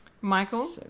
Michael